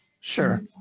Sure